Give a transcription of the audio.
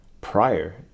prior